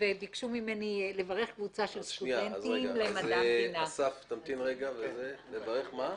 וביקשו ממני לברך קבוצה של סטודנטים למדע המדינה שנמצאים כאן.